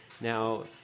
Now